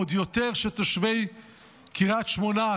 עוד יותר שתושבי קריית שמונה,